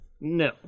No